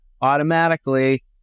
automatically